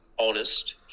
honest